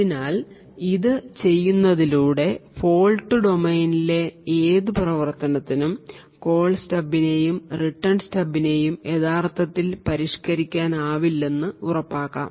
അതിനാൽ ഇത് ചെയ്യുന്നതിലൂടെ ഫോൾട് ഡൊമെയ്നിലെ ഏത് പ്രവർത്തനത്തിനും കോൾ സ്റ്റബിനെയും റിട്ടേൺ സ്റ്റബിനെയും യഥാർത്ഥത്തിൽ പരിഷ്കരിക്കാനാവില്ലെന്ന് ഉറപ്പാക്കും